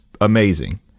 amazing